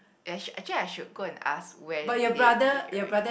act~ actually I should go and ask where did they eat right